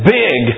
big